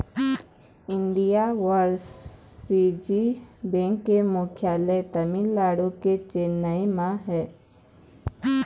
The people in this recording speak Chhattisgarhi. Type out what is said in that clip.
इंडियन ओवरसीज बेंक के मुख्यालय तमिलनाडु के चेन्नई म हे